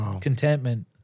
contentment